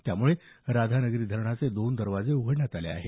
त्यामुळं राधानगरी धरणाचे दोन दरवाजे उघडण्यात आले आहेत